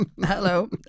hello